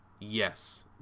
yes